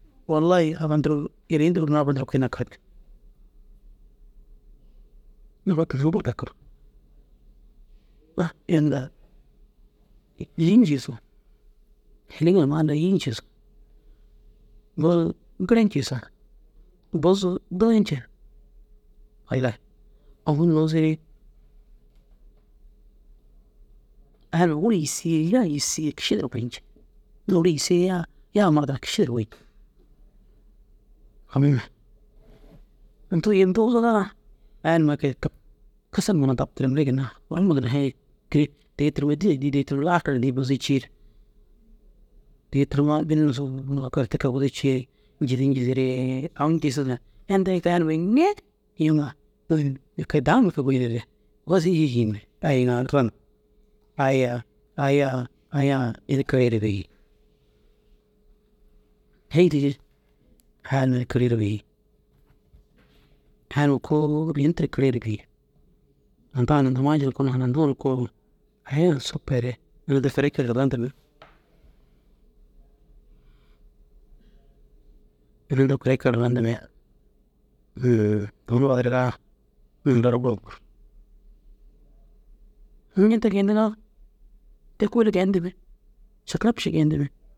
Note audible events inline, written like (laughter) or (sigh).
Wallai aba nduru yalii ndurur aba nduru kui nakir. Nufatu buru dakir ah inda îyi jigisoo helige numa alla i îyi njigisoo buzu gêre njigisoo buzu dôwu ñen walla yi dogu nuzi aya numa ôwura yîsii ye yaa yîsii ye kiši duro goyiŋi inda ôwura yîsii ye yaa murdom kiši duro goyiŋi famume. Undoo yim dusugaa aya numa gii kab kasar numa daa tabtire mire ginna orroma hêi te têi (unintelligible) buzu ciire keyi turuma bini nusuk te ke buzu ciire njisi njisi njisire aŋ ŋigisoo na inda kee numa nee yiiŋa eke daa numa goyi neere woši iši ine ai yi na ran ai ye ai yaa ai yaa ini kege ru erigi hêi digi aya numa kirigire bêi aya numa kôoli ini tira kirigire bêi ninda hanandimmaa jil koo hanadiŋire koo aya sopure nirde fêri gii randimmi ina kuri gii randimmi (hesitation) ogon fadirgaa nindara buru (unintelligible) ña te geendiŋa te kôoli geendimmi še karab še geenndimmi.